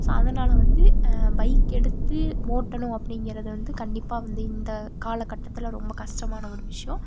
so அதனால் வந்து bike எடுத்து ஓட்டணும் அப்படிங்கிறது வந்து கண்டிப்பாக வந்து இந்த காலக்கட்டத்தில் ரொம்ப கஷ்டமான ஒரு விஷயம்